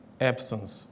absence